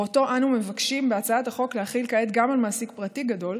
ואותו אנו מבקשים בהצעת החוק להחיל כעת גם על מעסיק פרטי גדול,